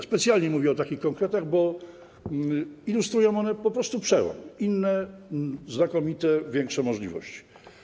Specjalnie mówię o takich konkretach, bo ilustrują one po prostu przełom, inne, znakomite, większe możliwości.